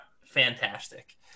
fantastic